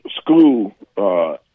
school